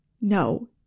No